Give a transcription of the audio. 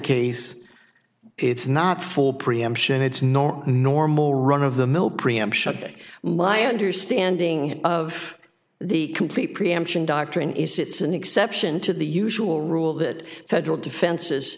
case it's not full preemption it's normal normal run of the mill preemption my understanding of the complete preemption doctrine is it's an exception to the usual rule that federal defenses